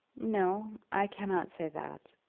no i cannot say that.